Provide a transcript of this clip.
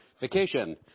vacation